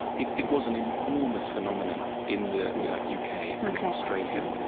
it it was an enormous phenomenon in the u k, and in australia,